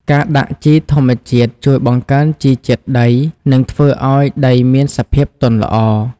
ការដាក់ជីធម្មជាតិជួយបង្កើនជីជាតិដី និងធ្វើឱ្យដីមានសភាពទន់ល្អ។